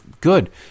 good